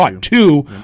two